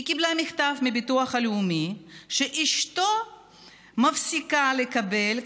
אשתו קיבלה מכתב מביטוח לאומי שהיא מפסיקה לקבל,